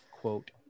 quote